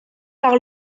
par